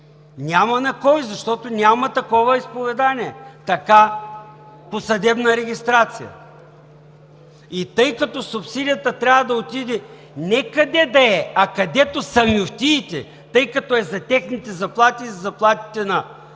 Няма на кого, защото няма такова изповедание – така, по съдебна регистрация. И тъй като субсидията трябва да отиде не къде да е, а където са мюфтиите, тъй като е за техните заплати и за заплатите на